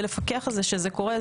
ולפקח על זה שזה קורה,